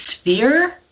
sphere